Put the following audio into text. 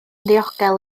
ddiogel